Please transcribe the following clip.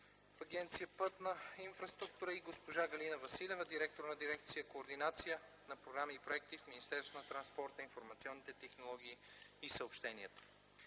в Агенция „Пътна инфраструктура, и госпожа Галина Василева – директор на дирекция „Координация на програми и проекти” в Министерството на транспорта, информационните технологии и съобщенията.